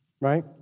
Right